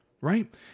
right